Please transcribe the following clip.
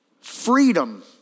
Freedom